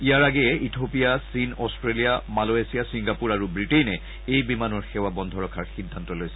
ইয়াৰ আগেয়ে ইথোপিয়া চীন Australia Malaysia Singapore আৰু ৱিটেইনে এই বিমানৰ সেৱা বন্ধ ৰখাৰ সিদ্ধান্ত লৈছিল